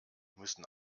müssen